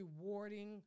rewarding